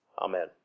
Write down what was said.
Amen